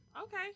Okay